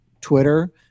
Twitter